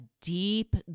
deep